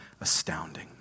astounding